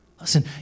Listen